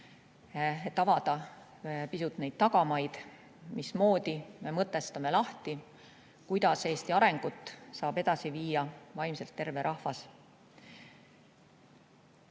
et avada pisut neid tagamaid, mismoodi me mõtestame lahti, kuidas Eesti arengut saab edasi viia vaimselt terve rahvas.